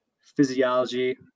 physiology